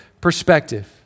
perspective